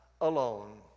alone